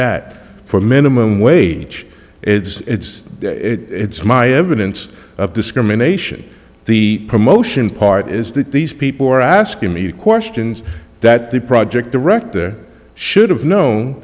that for minimum wage it's it's my evidence of discrimination the promotion part is that these people are asking me questions that the project director should have kno